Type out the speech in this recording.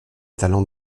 talents